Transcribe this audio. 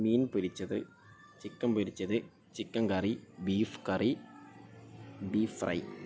മീൻ പൊരിച്ചത് ചിക്കൻ പൊരിച്ചത് chicken curry beef curry beef fry